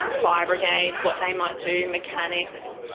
fire brigades what they might do, mechanics.